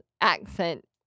accent